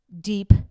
deep